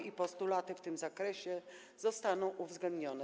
Czy postulaty w tym zakresie zostaną uwzględnione?